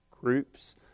groups